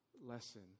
lesson